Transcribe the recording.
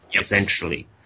Essentially